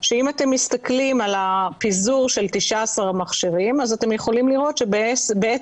שאם אתם מסתכלים על הפיזור של 19 מכשירים אתם יכולים לראות שבעצם